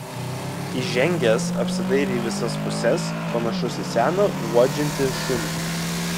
įžengęs apsidairė į visas puses panašus į seną uodžiantį šunį